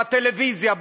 בטלוויזיה,